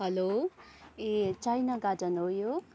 hello ए China Garden हो यो